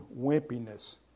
wimpiness